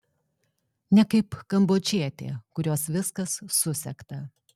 ne kaip kambodžietė kurios viskas susegta